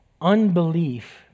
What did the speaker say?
Unbelief